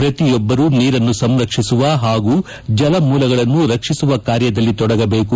ಪ್ರತಿಯೊಬ್ಬರು ನೀರನ್ನು ಸಂರಕ್ಷಿಸುವ ಹಾಗೂ ಜಲಮೂಲಗಳನ್ನು ರಕ್ಷಿಸುವ ಕಾರ್ಯದಲ್ಲಿ ತೊಡಗಬೇಕು